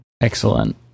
Excellent